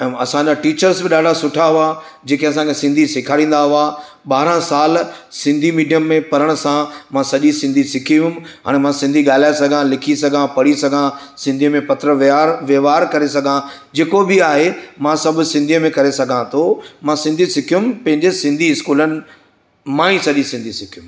असांजा टीचर्स बि ॾाढा सुठा हुआ जेके असांखे सिंधी सेखारींदा हुआ ॿारहं साल सिंधी मिडिअम में पढ़ण सां मां सॼी सिंधी सिखी वियुमि हाणे मां सिंधी ॻाल्हाए सघां लिखी सघां पढ़ी सघां सिंधीअ में पत्र वेआर वहिंवार करे सघां जेको बि आहे मां सभु सिंधी में करे सघां थो मां सिंधी सिखियुमि पंहिंजे सिंधी स्कूलनि मां ई सॼी सिंधी सिखयुमि